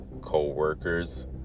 co-workers